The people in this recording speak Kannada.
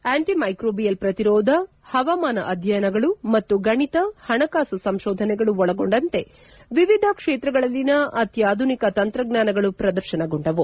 ಆ್ಯಂಟಮೈಕ್ರೋಬಿಯಲ್ ಪ್ರತಿರೋಧ ಹವಾಮಾನ ಅಧ್ಯಯನಗಳು ಮತ್ತು ಗಣಿತ ಹಣಕಾಸು ಸಂಶೋಧನೆಗಳು ಒಳಗೊಂಡಂತೆ ವಿವಿಧ ಕ್ಷೇತ್ರಗಳಲ್ಲಿನ ಅತ್ಯಾಧುನಿಕ ತಂತ್ರಜ್ಞಾನಗಳು ಪ್ರದರ್ಶನಗೊಂಡವು